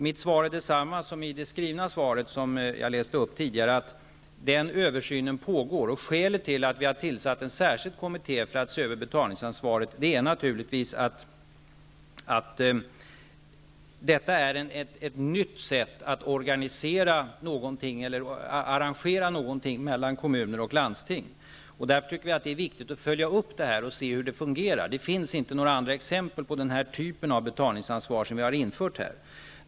Mitt svar nu är detsamma som det skrivna svaret, att den översynen pågår. Skälet till att vi har tillsatt en särskild kommitté för att se över betalningsansvaret är naturligtvis att detta är ett nytt sätt att arrangera någonting mellan kommuner och landsting. Därför är det viktigt att följa upp det här och se hur det fungerar. Det finns inte några andra exempel på den typen av betalningsansvar som vi har infört här.